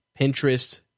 Pinterest